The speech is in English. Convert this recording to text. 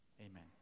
Amen